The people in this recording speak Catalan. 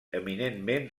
eminentment